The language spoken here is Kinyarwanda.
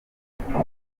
ndashaka